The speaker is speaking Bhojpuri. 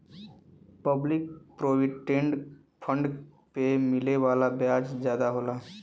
पब्लिक प्रोविडेंट फण्ड पे मिले वाला ब्याज जादा होला